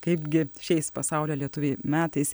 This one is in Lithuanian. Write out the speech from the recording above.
kaipgi šiais pasaulio lietuviai metais